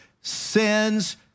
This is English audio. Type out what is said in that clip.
sins